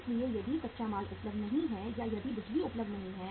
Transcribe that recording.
इसलिए यदि कच्चा माल उपलब्ध नहीं है या यदि बिजली उपलब्ध नहीं है